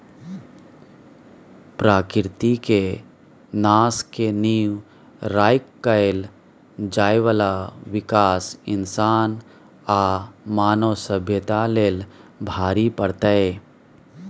प्रकृति के नाश के नींव राइख कएल जाइ बाला विकास इंसान आ मानव सभ्यता लेल भारी पड़तै